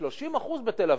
ו-30% בתל-אביב,